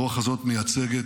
הרוח הזאת מייצגת